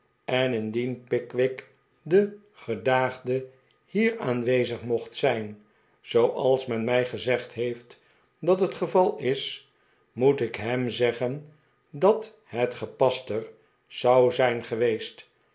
en indien pickwick de gedaagde hier aanwezig mocht zijn zooals men mij gezegd heeft dat het geval is moet ik hem zeggen dat het gepaster zou zijn geweest